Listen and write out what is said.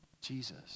Jesus